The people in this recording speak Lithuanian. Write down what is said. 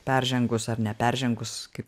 peržengus ar neperžengus kaip